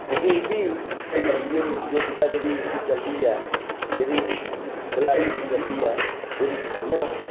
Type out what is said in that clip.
उस्सी इ'ब्बी प्रतियोगिता जेह्ड़ी उं'दी चलदी ऐ जेह्ड़ी खिलाड़ियें दी चलदी ऐ ओह्दे च कि'यां